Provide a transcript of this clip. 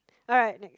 alright next